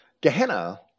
Gehenna